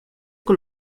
con